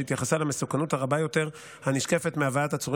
שהתייחסה למסוכנות הרבה יותר שנשקפת מהבאת עצורים